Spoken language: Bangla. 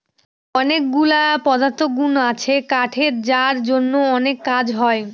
অনেকগুলা পদার্থগুন আছে কাঠের যার জন্য অনেক কাজ হয়